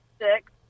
six